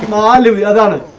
um all of the and and